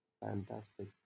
Fantastic